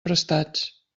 prestats